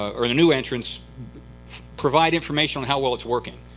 or the new entrants provide information on how well it's working?